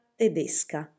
tedesca